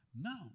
Now